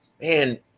man